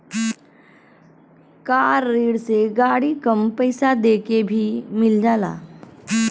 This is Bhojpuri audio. कार ऋण से गाड़ी कम पइसा देके भी मिल जाला